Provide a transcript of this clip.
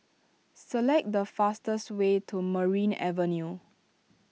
select the fastest way to Merryn Avenue